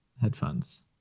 headphones